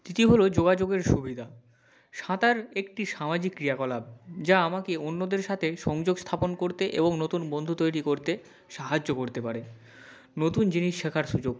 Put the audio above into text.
তৃতীয় হলো যোগাযোগের সুবিধা সাঁতার একটি সামাজিক ক্রিয়াকলাপ যা আমাকে অন্যদের সাথে সংযোগ স্থাপন করতে এবং নতুন বন্ধু তৈরি করতে সাহায্য করতে পারে নতুন জিনিস শেখার সুযোগ